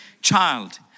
child